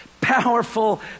Powerful